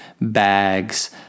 bags